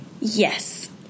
Yes